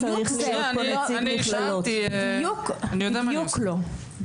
בדיוק לא.